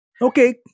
Okay